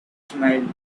smiled